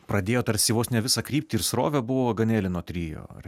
pradėjo tarsi vos ne visą kryptį ir srovę buvo ganelino trio ar